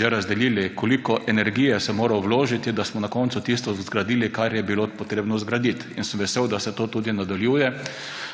že razdelili. Koliko energije sem moral vložiti, da smo na koncu tisto zgradili, kar je bilo treba zgraditi. Sem vesel, da se to tudi nadaljuje,